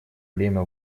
время